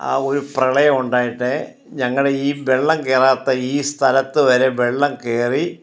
ആ ഒരു പ്രളയം ഉണ്ടായിട്ടേ ഞങ്ങളുടെ ഈ വെള്ളം കേറാത്ത ഈ സ്ഥലത്ത് വരെ വെള്ളം കയറി